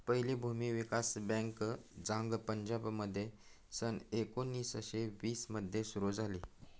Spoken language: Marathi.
पहिली भूमी विकास बँक झांग पंजाबमध्ये सन एकोणीसशे वीस मध्ये सुरू झाली